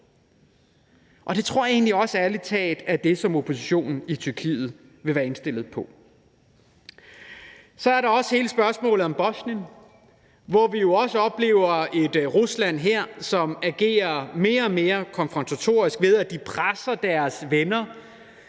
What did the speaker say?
Og det tror jeg ærlig talt også er det, som oppositionen i Tyrkiet vil være indstillet på. Så er der også hele spørgsmålet om Bosnien, hvor vi jo også oplever et Rusland, som agerer mere og mere konfrontatorisk, ved at de presser deres venner